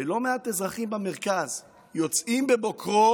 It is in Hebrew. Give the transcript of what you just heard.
לא מעט אזרחים במרכז יוצאים בבוקרו